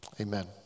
amen